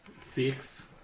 Six